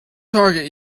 target